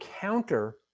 counter